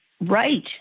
right